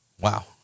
wow